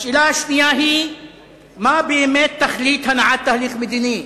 השאלה השנייה היא מה באמת תכלית הנעת תהליך מדיני.